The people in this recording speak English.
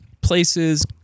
places